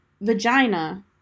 vagina